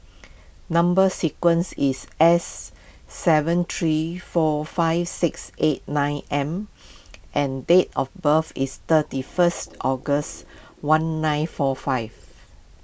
Number Sequence is S seven three four five six eight nine M and date of birth is thirty first August one nine four five